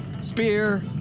spear